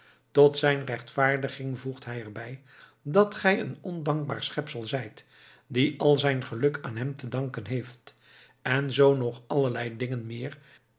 tot zijn rechtvaardiging voegt hij erbij dat gij een ondankbaar schepsel zijt die al zijn geluk aan hem te danken hebt en zoo nog allerlei dingen meer